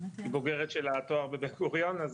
היא בוגרת של התואר בבן גוריון,